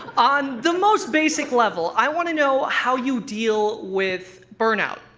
on the most basic level, i want to know how you deal with burnout.